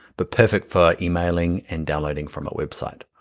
but perfect for emailing and downloading from a website.